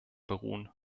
beruhen